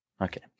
Okay